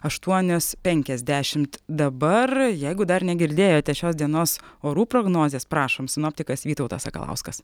aštuonios penkiasdešimt dabar jeigu dar negirdėjote šios dienos orų prognozės prašom sinoptikas vytautas sakalauskas